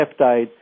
peptide